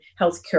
healthcare